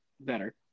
Better